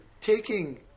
taking